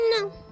No